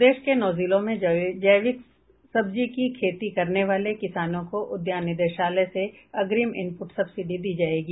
प्रदेश के नौ जिलों में जैविक सब्जी की खेती करने वाले किसानों को उद्यान निदेशालय से अग्रिम इनपुट सब्सिडी दी जायेगी